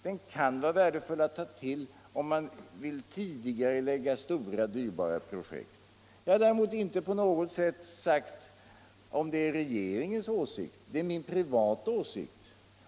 Den kan vara värdefull att ta till om man vill tidigarelägga stora och dyrbara projekt. Jag har däremot inte på något sätt sagt om det är regeringens åsikt. Det är min privata åsikt.